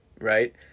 right